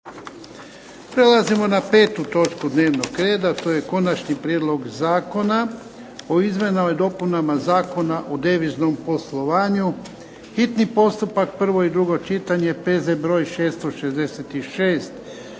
Prelazimo na 5. točku dnevnog reda, to je - Konačni prijedlog Zakona o izmjenama i dopunama Zakona o deviznom poslovanju, hitni postupak, prvo i drugo čitanje, P.Z. br. 666